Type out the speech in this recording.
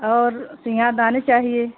और सुइया दानी चाहिए